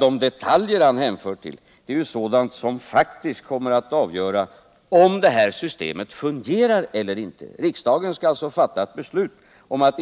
De detaljer han hänför till är sådana som faktiskt kommer att avgöra om systemet skall fungera eller inte. Riksdagen skall alltså fatta ett beslut om ett